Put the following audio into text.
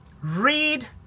read